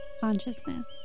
consciousness